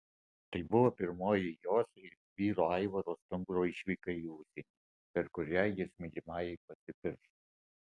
tai buvo pirmoji jos ir vyro aivaro stumbro išvyka į užsienį per kurią jis mylimajai pasipiršo